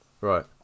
Right